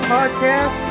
Podcast